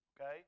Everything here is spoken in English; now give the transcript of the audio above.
Okay